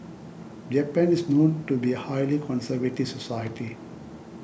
japan is known to be a highly conservative society